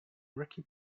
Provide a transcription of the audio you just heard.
ricky